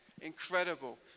incredible